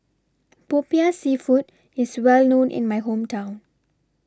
Popiah Seafood IS Well known in My Hometown